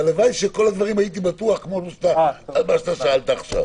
הלוואי שכל הדברים הייתי בטוח כמו מה ששאלת עכשיו.